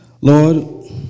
Lord